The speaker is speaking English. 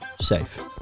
safe